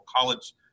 college